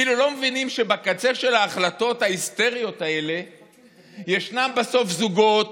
כאילו לא מבינים שבקצה של ההחלטות ההיסטריות האלה ישנם בסוף זוגות,